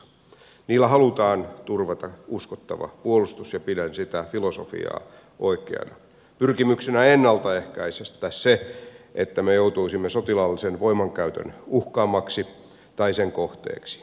niillä halutaan turvata uskottava puolustus ja pidän sitä filosofiaa oikeana pyrkimyksenä ennalta ehkäistä se että me joutuisimme sotilaallisen voimankäytön uhkaamaksi tai sen kohteeksi